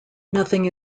nothing